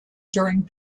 during